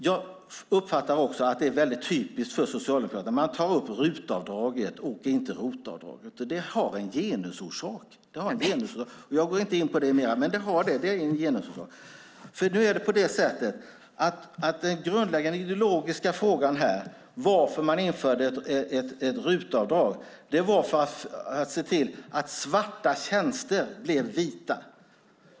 Jag uppfattar också att det är typiskt för Socialdemokraterna att ta upp RUT-avdraget men inte ROT-avdraget. Det har en genusorsak. Jag går inte in på det mer. Den grundläggande ideologiska frågan här är varför man införde RUT-avdraget. Det var för att se till att svarta tjänster blir vita.